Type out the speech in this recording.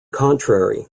contrary